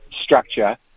structure